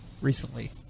recently